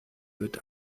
wird